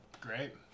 Great